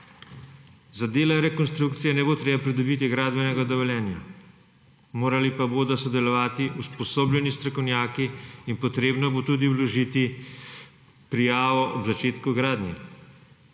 Za dela rekonstrukcije ne bo treba pridobiti gradbenega dovoljenja, morali pa bodo sodelovati usposobljeni strokovnjaki in potrebno bo tudi vložiti prijavo ob začetku gradnje.